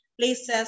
places